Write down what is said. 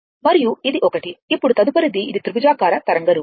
మరియు ఇది ఒకటి ఇప్పుడు తదుపరిది ఇది త్రిభుజాకార తరంగ రూపం